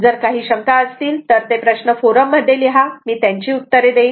जर काही शंका असतील तर ते प्रश्न फोरम मध्ये लिहा मी त्यांची उत्तरे देईन